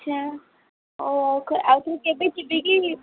ଆଚ୍ଛା ହଉ ଆଉ ଥରେ କେବେ ଯିବି କି